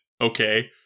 Okay